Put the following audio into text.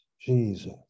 Jesus